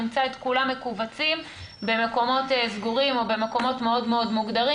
נמצא את כולם מכווצים במקומות סגורים או במקומות מאוד מאוד מוגדרים.